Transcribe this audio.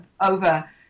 over